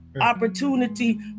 opportunity